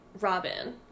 Robin